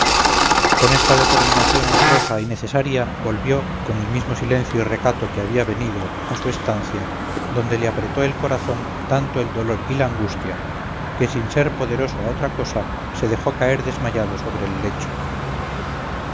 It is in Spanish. con esta determinación honrosa y necesaria volvió con el mismo silencio y recato que había venido a su estancia donde le apretó el corazón tanto el dolor y la angustia que sin ser poderoso a otra cosa se dejó caer desmayado sobre el lecho